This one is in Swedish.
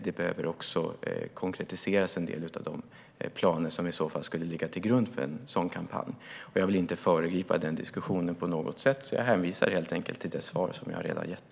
En del av de planer som i så fall skulle ligga till grund för en sådan kampanj behöver också konkretiseras. Jag vill inte föregripa den diskussionen på något sätt och hänvisar helt enkelt till det svar som jag redan har gett.